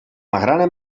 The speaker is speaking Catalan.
magrana